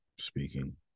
speaking